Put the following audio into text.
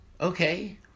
Okay